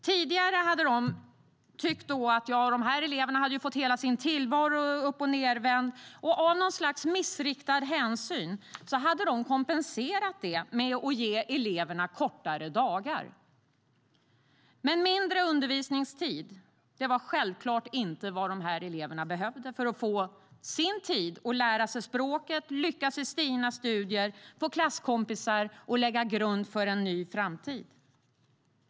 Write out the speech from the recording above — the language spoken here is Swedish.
Tidigare hade de tänkt: De här eleverna har fått hela sin tillvaro uppochnedvänd. Av något slags missriktad hänsyn hade lärarna kompenserat detta med att ge eleverna kortare dagar. Men mindre undervisningstid var självklart inte vad eleverna behövde för att få sin tid att lära sig språket, lyckas i sina studier, få klasskompisar och lägga grund för en ny framtid.